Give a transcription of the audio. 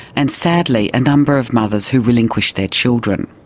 and sadly a number of mothers who relinquished their children.